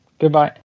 Goodbye